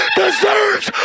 deserves